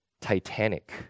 Titanic